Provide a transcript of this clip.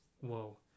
Whoa